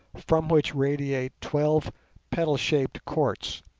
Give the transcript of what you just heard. from which radiate twelve petal-shaped courts,